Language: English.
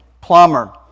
plumber